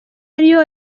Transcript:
ariyo